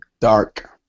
Dark